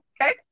Okay